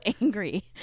angry